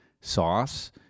sauce